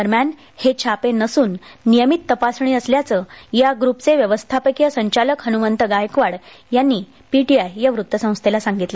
दरम्यान हे छापे नसून नियमित तपासणी असल्याचं या ग्रूपचे व्यवस्थापकीय संचालक हनुमंत गायकवाड यांनी पीटीआय या वृत्तसंस्थेला सांगितलं